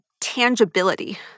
tangibility